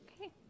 Okay